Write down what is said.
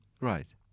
Right